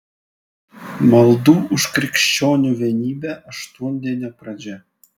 maldų už krikščionių vienybę aštuondienio pradžia